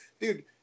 dude